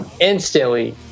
instantly